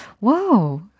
Wow